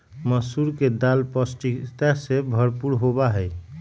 मसूर के दाल पौष्टिकता से भरपूर होबा हई